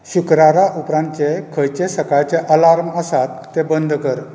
शुक्रारा उपरांतचे खंयचे सकाळचे अलार्म आसात ते बंद कर